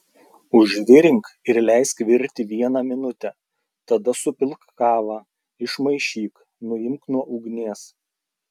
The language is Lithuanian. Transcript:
užvirink ir leisk virti vieną minutę tada supilk kavą išmaišyk nuimk nuo ugnies